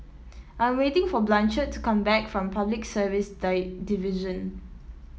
I'm waiting for Blanchard to come back from Public Service Die Division